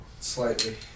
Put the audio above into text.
Slightly